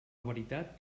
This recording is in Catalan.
veritat